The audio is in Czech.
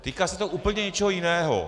Týká se to úplně něčeho jiného.